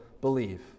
believe